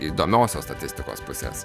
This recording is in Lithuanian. įdomiosios statistikos pusės